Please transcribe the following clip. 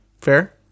Fair